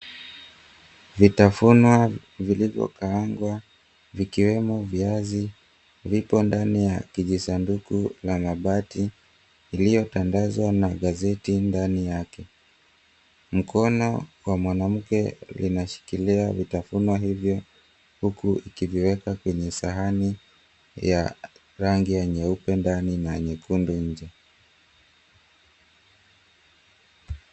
Vitafunwa vilivyokaangwa vikiwemo viazi vipo ndani ya kijisanduku la mabati iliyotandazwa na gazeti ndani yake, mkono wa mwanamke linashikilia vitafunwa hivyo huku ukiviweka kwenye sahani ya rangi ya nyeupe ndani na nyekundu nje.